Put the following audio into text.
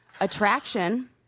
attraction